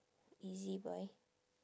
ezbuy